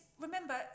remember